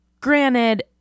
Granted